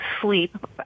sleep